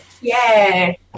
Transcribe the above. Yay